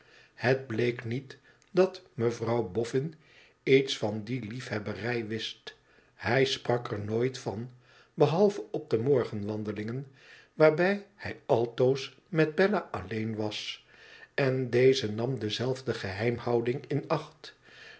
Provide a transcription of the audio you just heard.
het bleek niet dat mevrouw boffin iets van die liefhebberij wist hij sprak er nooit van behalve op de morgen wandelingen waarbij hij altoos met bella alleen was en deze nam dezelfde geheimhouding in acht